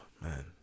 man